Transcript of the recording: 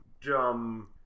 dumb